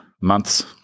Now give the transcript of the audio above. months